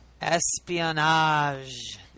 Espionage